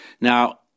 Now